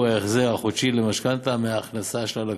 ההחזר החודשי למשכנתה מההכנסה של הלקוח,